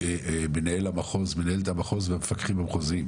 אבי, זה בדיוק המצב שאני נמצא בו.